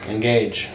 Engage